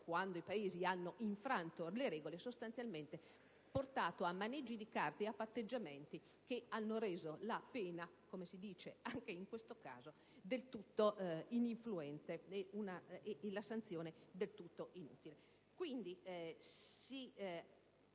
stabilità, che hanno portato sostanzialmente a maneggi di carte e a patteggiamenti che hanno reso la pena - come si dice anche in questo caso - del tutto ininfluente e la sanzione del tutto inutile. Quindi, se